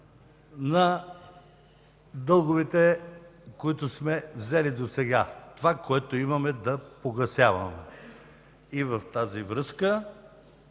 на дълговете, които сме взели досега – това, което имаме да погасяваме. И в тази връзка